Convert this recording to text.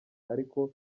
ariko